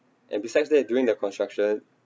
and besides that during the construction